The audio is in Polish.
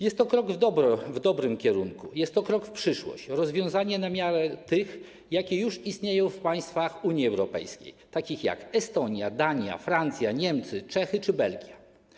Jest to krok w dobrym kierunku, jest to krok w przyszłość, rozwiązanie na miarę tych, jakie już istnieją w państwach Unii Europejskiej, takich jak Estonia, Dania, Francja, Niemcy, Czechy czy Belgia.